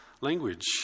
language